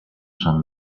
san